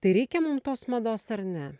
tai reikia mum tos mados ar ne